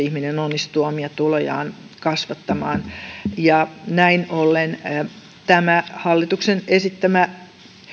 ihminen onnistuu omia tulojaan kasvattamaan näin ollen tämä hallituksen esittämä